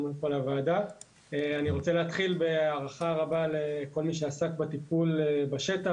אני רוצה להתחיל בהערכה רבה לכל מי שעסק בתפעול בשטח,